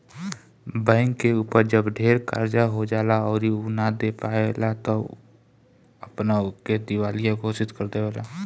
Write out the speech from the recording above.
bank के ऊपर जब ढेर कर्जा हो जाएला अउरी उ ना दे पाएला त उ अपना के दिवालिया घोषित कर देवेला